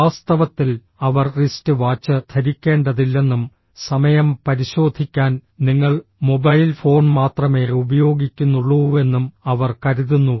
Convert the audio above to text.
വാസ്തവത്തിൽ അവർ wrist watch ധരിക്കേണ്ടതില്ലെന്നും സമയം പരിശോധിക്കാൻ നിങ്ങൾ മൊബൈൽ ഫോൺ മാത്രമേ ഉപയോഗിക്കുന്നുള്ളൂവെന്നും അവർ കരുതുന്നു